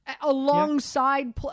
alongside